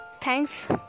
Thanks